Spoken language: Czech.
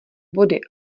body